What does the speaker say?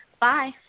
Bye